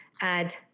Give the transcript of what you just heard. add